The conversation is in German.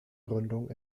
gründung